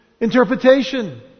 interpretation